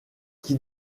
qui